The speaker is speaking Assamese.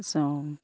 চাওঁ